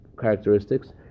characteristics